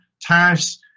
Tariffs